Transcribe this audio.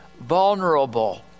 vulnerable